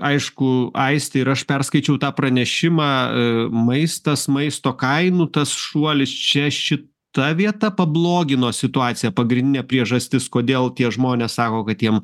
aišku aiste ir aš perskaičiau tą pranešimą maistas maisto kainų tas šuolis čia šita vieta pablogino situaciją pagrindinė priežastis kodėl tie žmonės sako kad jiem